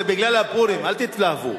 זה בגלל הפורים, אל תתלהבו.